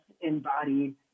embodied